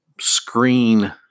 screen